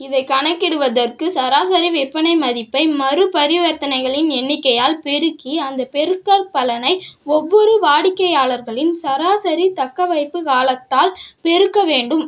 இதைக் கணக்கிடுவதற்கு சராசரி விற்பனை மதிப்பை மறுப் பரிவர்த்தனைகளின் எண்ணிக்கையால் பெருக்கி அந்தப் பெருக்கற்பலனை ஒவ்வொரு வாடிக்கையாளர்களின் சராசரித் தக்கவைப்புக் காலத்தால் பெருக்க வேண்டும்